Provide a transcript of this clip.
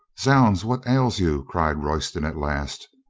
zounds, what ails you? cried royston at last,